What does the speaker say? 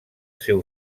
seu